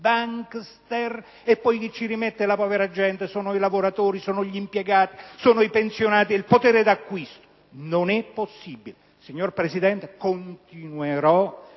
e poi chi ci rimette è la povera gente, sono i lavoratori, gli impiegati, i pensionati, il potere d'acquisto. Non è possibile! Signor Presidente, io continuerò